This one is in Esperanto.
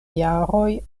jaroj